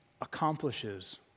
accomplishes